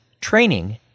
training